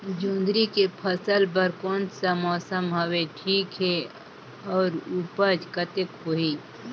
जोंदरी के फसल बर कोन सा मौसम हवे ठीक हे अउर ऊपज कतेक होही?